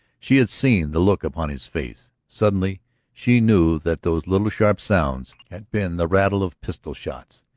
she had seen the look upon his face. suddenly she knew that those little sharp sounds had been the rattle of pistol-shots.